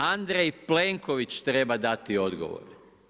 Andrej Plenković treba dati odgovor.